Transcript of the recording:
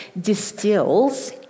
distills